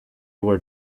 were